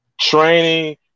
training